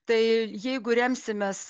tai jeigu remsimės